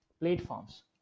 platforms